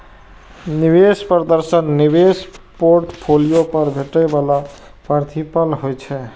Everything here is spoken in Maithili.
निवेश प्रदर्शन निवेश पोर्टफोलियो पर भेटै बला प्रतिफल होइ छै